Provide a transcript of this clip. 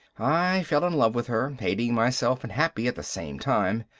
i fell in love with her, hating myself and happy at the same time.